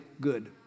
good